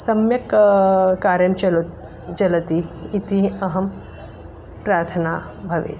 सम्यक् कार्यं चलति चलति इति अहं प्रार्थना भवेत्